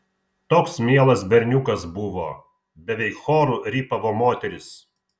toks mielas berniukas buvo beveik choru rypavo moterys